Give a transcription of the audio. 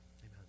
Amen